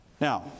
Now